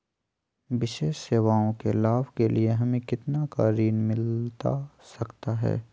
विशेष सेवाओं के लाभ के लिए हमें कितना का ऋण मिलता सकता है?